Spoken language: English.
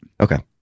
Okay